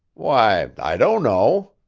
why, i don't know,